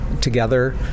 together